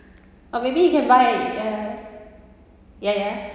or maybe you can buy uh ya ya